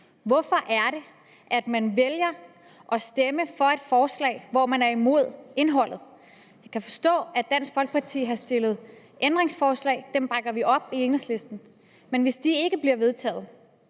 Hvorfor er det, at man vælger at stemme for et forslag, hvor man er imod indholdet? Jeg kan forstå, at Dansk Folkeparti har fremsat ændringsforslag. Dem bakker vi op i Enhedslisten, men hvis de ikke bliver vedtaget,